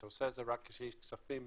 אתה עושה את זה רק כשיש כספים